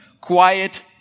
Quiet